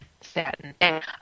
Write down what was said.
satin